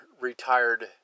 retired